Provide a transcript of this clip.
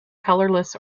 colorless